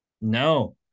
No